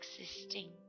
existing